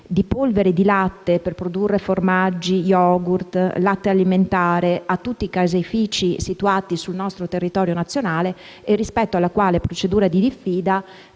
di polveri di latte per produrre formaggi, yogurt, latte alimentare a tutti i caseifici situati sul nostro territorio nazionale. Rispetto a tale procedura di diffida,